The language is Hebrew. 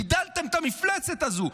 גידלתם את המפלצת הזו.